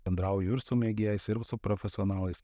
bendrauju ir su mėgėjais ir su profesionalais